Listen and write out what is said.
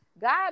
God